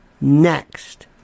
next